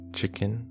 Chicken